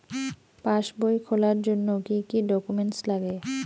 পাসবই খোলার জন্য কি কি ডকুমেন্টস লাগে?